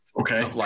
Okay